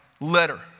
letter